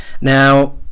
Now